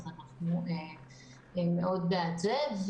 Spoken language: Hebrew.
ואנחנו מאוד בעד זה.